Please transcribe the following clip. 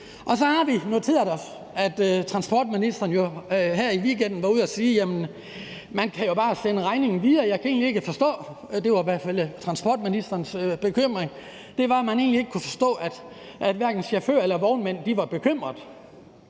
Så har vi noteret os, at transportministeren her i weekenden var ude at sige, at man jo bare kan sende regningen videre. Han kunne egentlig ikke forstå – det var i hvert fald, hvad transportministeren udtrykte – hverken chaufførers eller vognmænds bekymring.